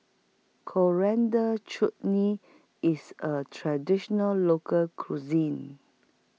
Coriander Chutney IS A Traditional Local Cuisine